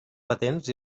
patents